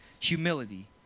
humility